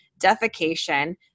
defecation